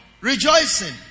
Rejoicing